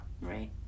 Right